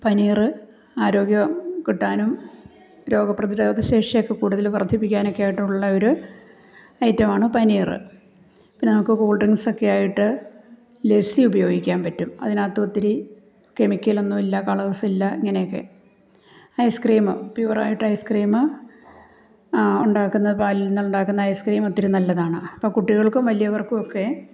പനീർ ആരോഗ്യം കിട്ടാനും രോഗപ്രതിരോധശേഷി ഒക്കെ കൂടുതൽ വർദ്ധിപ്പിക്കാനൊക്കെ ആയിട്ടുള്ള ഒരു ഐറ്റമാണ് പനീർ പിന്നെ നമുക്ക് കൂൾ ഡ്രിങ്ക്സൊക്കെ ആയിട്ട് ലെസ്സി ഉപയോഗിക്കാൻ പറ്റും അതിനകത്തൊത്തിരി കെമിക്കലൊന്നുമില്ല കളേഴ്സ്സില്ല ഇങ്ങനെയൊക്കെ ഐസ് ക്രീം പ്യുവറായിട്ട് ഐസ് ക്രീം ഉണ്ടാക്കുന്ന പാലിൽ നിന്നുണ്ടാക്കുന്ന ഐസ് ക്രീം ഒത്തിരി നല്ലതാണ് അപ്പം കുട്ടികൾക്കും വലിയവർക്കും ഒക്കെ